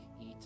eat